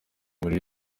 muri